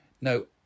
no